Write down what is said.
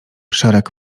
szereg